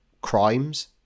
crimes